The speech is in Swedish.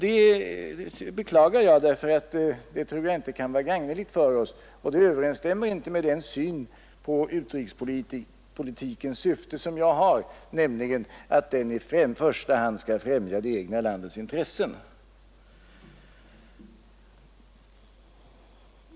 Det beklagar jag därför att det inte kan vara gagneligt för oss och inte överensstämmer med den syn på utrikespolitikens syfte som jag har, nämligen att den i första hand skall främja det egna landets intressen.